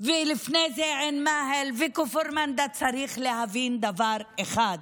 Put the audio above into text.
ולפני זה עין מאהל וכפר מנדא, צריך להבין דבר אחד: